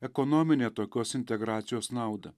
ekonominę tokios integracijos naudą